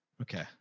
Okay